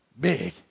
big